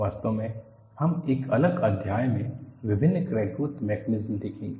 वास्तव में हम एक अलग अध्याय में विभिन्न क्रैक ग्रोथ मेकनिज़म देखेंगे